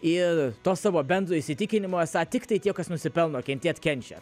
ir to savo bendro įsitikinimo esą tiktai tie kas nusipelno kentėti kenčia